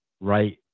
right